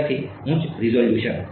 વિદ્યાર્થી ઉચ્ચ રીઝોલ્યુશન